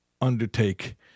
undertake